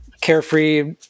carefree